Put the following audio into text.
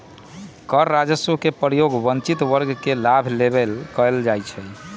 कर राजस्व के प्रयोग वंचित वर्ग के लाभ लेल कएल जाइ छइ